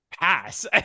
pass